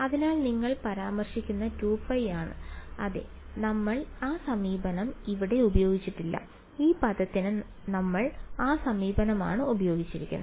അതിനാൽ നിങ്ങൾ പരാമർശിക്കുന്ന 2π ആണ് അതെ നമ്മൾ ആ സമീപനം ഇവിടെ ഉപയോഗിച്ചിട്ടില്ല ഈ പദത്തിന് നമ്മൾ ആ സമീപനമാണ് ഉപയോഗിച്ചത്